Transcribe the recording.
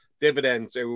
dividends